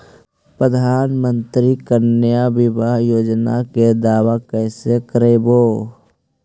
प्रधानमंत्री कन्या बिबाह योजना के दाबा कैसे करबै?